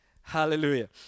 Hallelujah